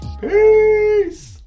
peace